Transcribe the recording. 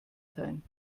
sein